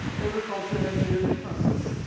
every culture has their differences,